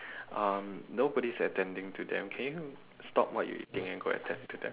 uh nobody is attending to them can you stop what you are eating and go attend to them